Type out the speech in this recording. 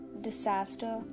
disaster